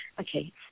Okay